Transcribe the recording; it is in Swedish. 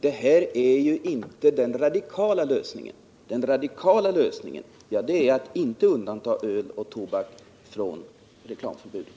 Detta är ju inte den radikala lösningen. Den radikala lösningen är att inte undanta öl och tobak från reklamförbudet.